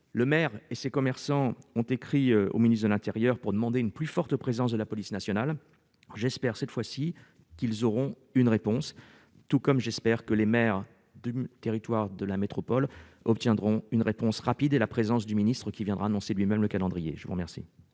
le maire et ses commerçants ont écrit au ministre de l'intérieur pour demander une plus forte présence de la police nationale, j'espère que cette fois-ci qu'ils auront une réponse tout comme j'espère que les maires du territoire de la métropole obtiendront une réponse rapide et la présence du ministre qui viendra annoncer lui-même le calendrier, je vous remercie.